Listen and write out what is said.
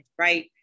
right